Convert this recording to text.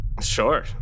Sure